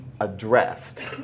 addressed